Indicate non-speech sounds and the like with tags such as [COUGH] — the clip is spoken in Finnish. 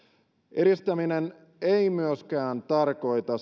eristäminen ei myöskään tarkoita [UNINTELLIGIBLE]